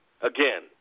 Again